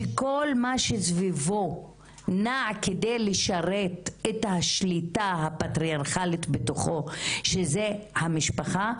שכל מה שסביבו נע כדי לשרת את השליטה הפטריארכלית בתוכו שזה המשפחה,